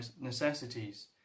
necessities